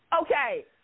okay